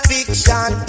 Fiction